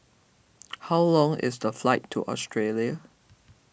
how long is the flight to Australia